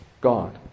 God